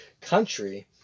country